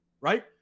right